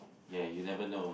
ya you never know